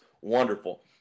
wonderful